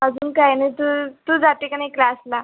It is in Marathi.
अजून काय नाही तू तू जाते का नाही क्लासला